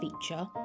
feature